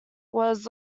was